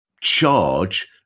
charge